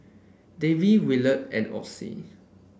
Davey Williard and Ocie